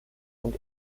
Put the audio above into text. und